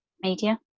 media